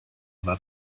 war